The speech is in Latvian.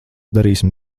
darīsim